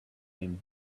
him